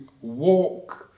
walk